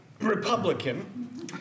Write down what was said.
Republican